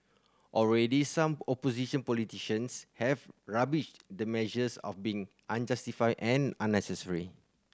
already some opposition politicians have rubbished the measures of being unjustified and unnecessary